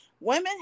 Women